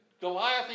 Goliath